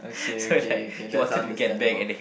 okay okay okay that's understandable